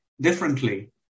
differently